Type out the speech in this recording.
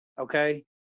Okay